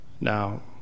Now